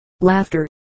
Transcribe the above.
Laughter